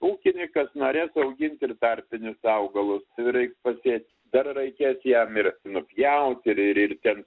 ūkininkas norės auginti ir tarpinius augalus reiks pasėt dar reikės jam ir nupjauti ir ir ir ten